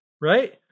Right